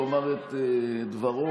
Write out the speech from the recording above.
על איזה שיפור אתה מדבר בכלל?